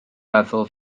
meddwl